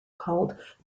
called